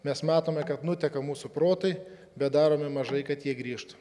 mes matome kad nuteka mūsų protai bet darome mažai kad jie griežtų